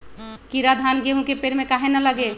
कीरा धान, गेहूं के पेड़ में काहे न लगे?